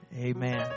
Amen